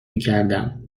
میکردم